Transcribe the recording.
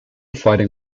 fighting